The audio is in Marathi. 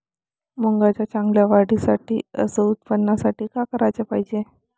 मुंगाच्या चांगल्या वाढीसाठी अस उत्पन्नासाठी का कराच पायजे?